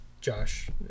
Josh